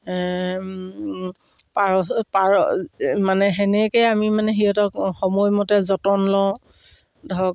পাৰ পাৰ মানে তেনেকৈ আমি মানে সিহঁতক সময়মতে যতন লওঁ ধৰক